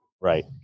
Right